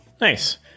nice